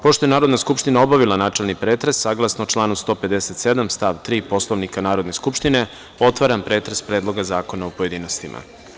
Pošto je Narodna skupština obavila načelni pretres, saglasno članu 157. stav 3. Poslovnika Narodne skupštine, otvaram pretres Predloga zakona u pojedinostima.